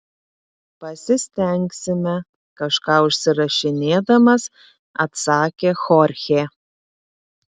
pasistengsime kažką užsirašinėdamas atsakė chorchė